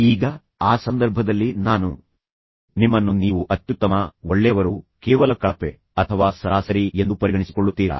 ಈಗ ಆ ಸಂದರ್ಭದಲ್ಲಿ ನಾನು ನಿಮ್ಮನ್ನು ಕೇಳಿದೆ ನೀವು ಹೀಗೆ ನಿಮ್ಮನ್ನು ನೀವು ಅತ್ಯುತ್ತಮ ಅಥವಾ ತುಂಬಾ ಒಳ್ಳೆಯವರು ಒಳ್ಳೆಯವರು ಅಥವಾ ಕೇವಲ ಕಳಪೆ ಅಥವಾ ಸರಾಸರಿ ಎಂದು ಪರಿಗಣಿಸಿಕೊಳ್ಳುತ್ತೀರಾ